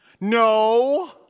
No